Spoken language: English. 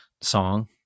song